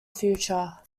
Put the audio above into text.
future